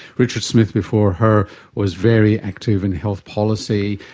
richard smith before her was very active in health policy,